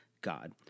God